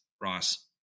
Ross